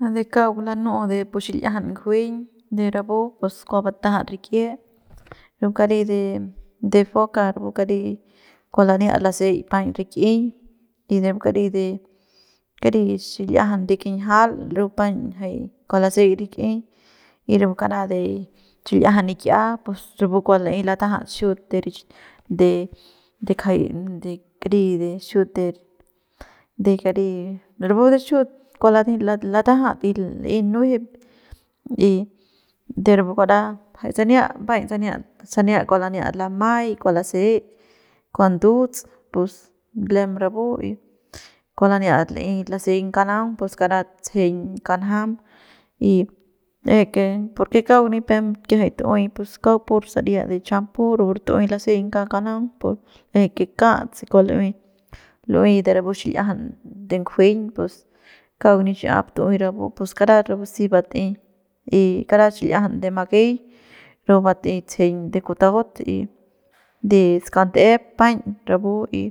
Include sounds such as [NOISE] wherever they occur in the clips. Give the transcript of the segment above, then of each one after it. A de kauk lanu'u de pu xil'iajan ngujueñ de rapu pus kua batajat rik'ie [NOISE] rapu kari de de foca rapu kari kua laniat laseik paiñ rik'i y de pu kari de kari xil'iajan de kinjial rapu paiñ jay kua laseik rik'i y rapu kara de chil'iajan nik'ia pus rapu kua la'ey latajat xiut de ri de de kjay kari de xiut de kari de rapu de xiut kua late latajat y la'e nujuem y de rapu kara jay sania paiñ sania sania kua laniat lamay kua laseik kua nduts pus lem rapu y kua laniat la'ey laseing kanaung pus karat tsejeiñ kanjam y que porque kauk nipem kiajay tu'uey pus kauk es pur saria de champu rapu re tu'uey laseiñ kauk nganaung por l'eje ke kat se kua lu'uey lu'uey de rapu xil'iajan de ngujueñ pus kauk ni xiap tu'uey rapu pus karat rapu si bat'ey y kara xil'iajan de makey rapu bat'ey tsejeiñ de kutaut y [NOISE] de skandep paiñ rapu y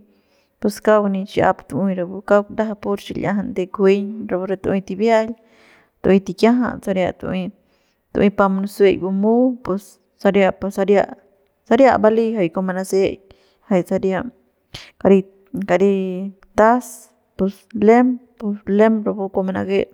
pus kauk nixiap tu'uey rapu kauk ndajap pur xil'iajan de ngujueñ rapu re tu'uey tibia'al t'uey tikiajan' saria t'uey t'uey pa nasuy gumu pus saria pa saria saria bali jay kua manaseik jay saria kari kari tas pus lem lem rapu kua manake. [NOISE]